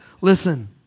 Listen